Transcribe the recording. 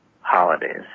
holidays